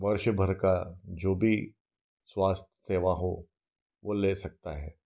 वर्ष भर का जो भी स्वास्थ्य सेवा हो वह ले सकता है